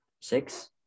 six